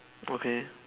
okay